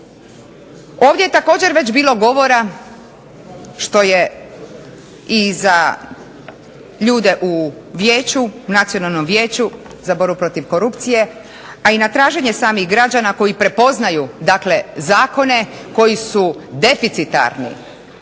Ovdje je također već bilo govora što je i za ljude u vijeću, Nacionalnom vijeću za borbu protiv korupcije, a i na traženje samih građana koji prepoznaju, dakle zakone koji su deficitarni,